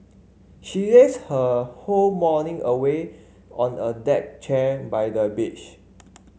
she lazed her whole morning away on a deck chair by the beach